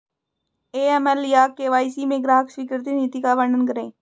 AML या KYC में ग्राहक स्वीकृति नीति का वर्णन करें?